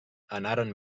anaren